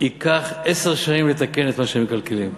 עשר שנים לתקן את מה שהם מקלקלים.